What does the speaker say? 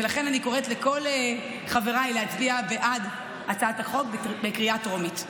ולכן אני קוראת לכל חבריי להצביע בעד הצעת החוק בקריאה טרומית.